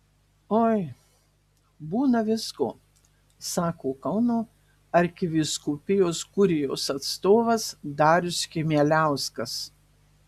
oi būna visko sako kauno arkivyskupijos kurijos atstovas darius chmieliauskas